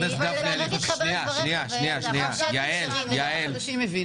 גם חברי הכנסת החדשים הבינו.